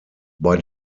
bei